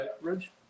Ridge